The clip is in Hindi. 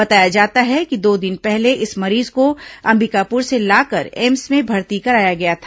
बताया जाता है कि दो दिन पहले इस मरीज को अंबिकापुर से लाकर एम्स में भर्ती कराया गया था